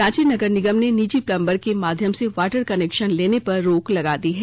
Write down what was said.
रांची नगर निगम ने निजी पलबंर के माध्यम से वाटर कनेक्शन लेने पर रोक लगा दी है